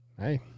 Hey